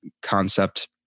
concept